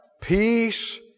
peace